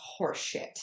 horseshit